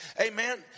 Amen